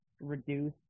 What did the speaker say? reduce